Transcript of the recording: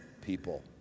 people